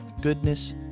goodness